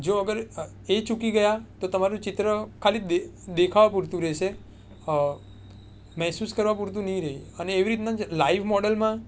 જો અગર એ ચૂકી ગયા તો તમારું ચિત્ર ખાલી દેખાવ પૂરતું રહેશે અને મહેસૂસ કરવા પૂરતું નહીં રહે એવી રીતના લાઈવ મોડલમાં